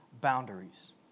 boundaries